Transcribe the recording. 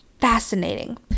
fascinating